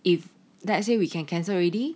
if let's say we can cancel already